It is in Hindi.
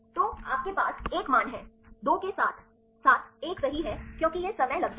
तो आपके पास 1 मान हैं 2 के साथ साथ 1 सही है क्योंकि यह समय लगता है